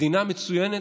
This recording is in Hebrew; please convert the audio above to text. מדינה מצוינת,